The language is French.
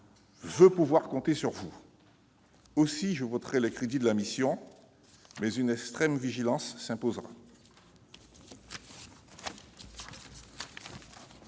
veux pouvoir compter sur vous. Je voterai donc les crédits de cette mission, mais une extrême vigilance s'imposera